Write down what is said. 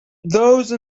those